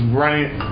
running